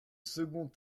second